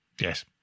Yes